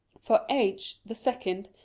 for h the second,